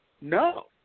No